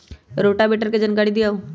Rotavator के जानकारी दिआउ?